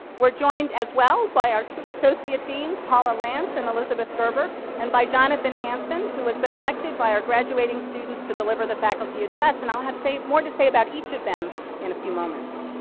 we're joined, as well, by our two associate deans, paula lantz, and elisabeth gerber, and by jonathan hanson, who has been elected by our graduating students to deliver the faculty address. and, i'll have more to say about each of them in a few moments.